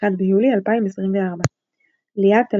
1 ביולי 2024 ליאת אלמיו,